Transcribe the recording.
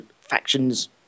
factions